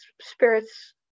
spirits